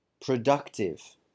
Productive